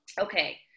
Okay